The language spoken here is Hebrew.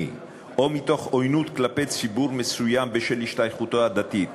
או מתוך עוינות כלפי ציבור מסוים בשל השתייכותו הדתית,